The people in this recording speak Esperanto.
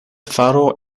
faro